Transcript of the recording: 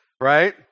right